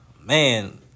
man